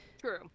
true